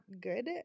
good